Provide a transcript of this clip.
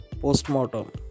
post-mortem